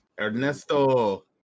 Ernesto